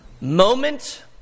moment